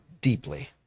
deeply